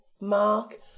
Mark